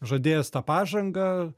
žadėjęs tą pažangą